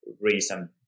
reason